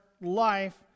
life